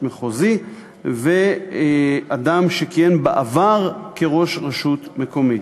מחוזי ואדם שכיהן בעבר כראש רשות מקומית.